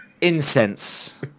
incense